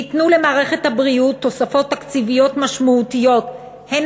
ניתנו למערכת הבריאות תוספות תקציביות משמעותיות הן